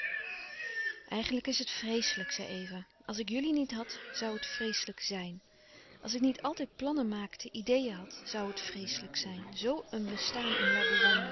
eigenlijk is het vreeslijk zei eva als ik jullie niet had zoû het vreeslijk zijn als ik niet altijd plannen maakte ideeën had zoû het vreeslijk zijn zoo een bestaan in